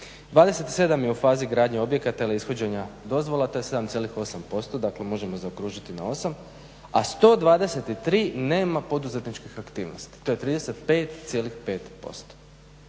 27 je u fazi gradnje objekata ili ishođenja dozvola to je 7,8% dakle možemo zaokružiti na 8, a 123 nema poduzetničkih aktivnosti, to je 35,5%.